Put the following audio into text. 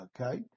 okay